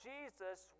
Jesus